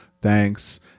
thanks